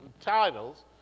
titles